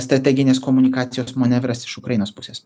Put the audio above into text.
strateginės komunikacijos manevras iš ukrainos pusės